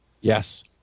Yes